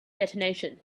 detonation